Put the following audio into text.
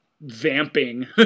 vamping